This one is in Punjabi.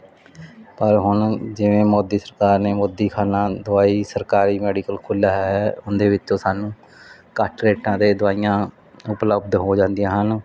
ਪਰ ਹੁਣ ਜਿਵੇਂ ਮੋਦੀ ਸਰਕਾਰ ਨੇ ਮੋਦੀਖਾਨਾ ਦਵਾਈ ਸਰਕਾਰੀ ਮੈਡੀਕਲ ਖੋਲਿਆ ਹੈ ਉਹਦੇ ਵਿੱਚੋਂ ਸਾਨੂੰ ਘੱਟ ਰੇਟਾਂ ਤੇ ਦਵਾਈਆਂ ਉਪਲਬਧ ਹੋ ਜਾਂਦੀਆਂ ਹਨ